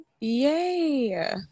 Yay